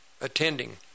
attending